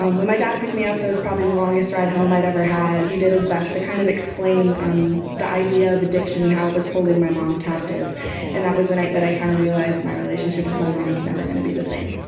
um when my dad picked me up it was probably the longest ride home i'd ever had. he did his best to kind of explain um the idea of addiction and how it was holding my mom captive and that was the night that i kind of realized my relationship with my mom was never going to be the same.